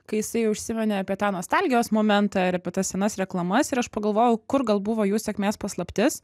kai jisai užsiminė apie tą nostalgijos momentą ir apie tas senas reklamas ir aš pagalvojau kur gal buvo jų sėkmės paslaptis